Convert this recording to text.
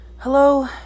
Hello